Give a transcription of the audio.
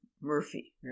Murphy